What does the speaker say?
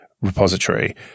repository